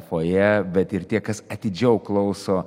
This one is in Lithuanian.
fojė bet ir tie kas atidžiau klauso